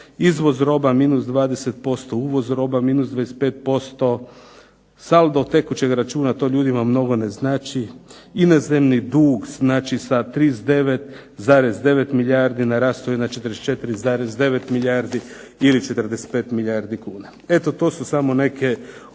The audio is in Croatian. Izvoz roba -20%, uvoz roba -25%, saldo tekuće računa to ljudima mnogo ne znači. Inozemni dug sa 39,9 milijardi narastao je na 44,9 milijardi ili 45 milijardi kuna. Eto to su samo neke oficijelne